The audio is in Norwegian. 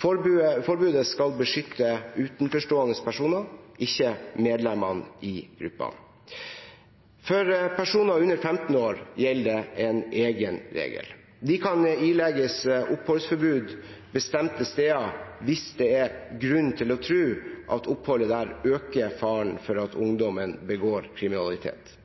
Forbudet skal beskytte utenforstående personer, ikke medlemmene i gruppene. For personer under 15 år gjelder en egen regel. De kan ilegges oppholdsforbud bestemte steder hvis det er grunn til å tro at oppholdet der øker faren for at ungdommen begår kriminalitet.